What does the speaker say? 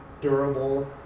durable